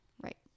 Right